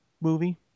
movie